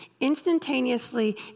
instantaneously